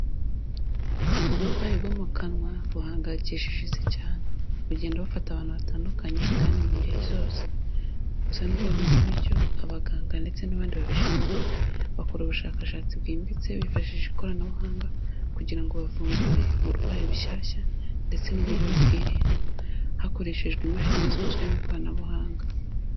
Uburwayi bwo mu kanwa buhangayikishije isi cyane, bugenda bufata abantu batandukanye kandi mu ngeri zose, gusa nubwo bimeze bityo, abaganga ndetse n'abandi babishinzwe bakora ubushakashatsi bwimbitse bifashishije ikoranabuhanga kugira ngo bavumbure uburwayi bushyashya ndetse n'uburyo babwirinda, hakoreshejwe imashini zikozwe mu ikoranabuhanga.